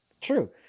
True